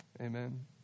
Amen